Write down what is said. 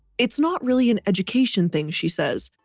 it's not really an education thing, she says,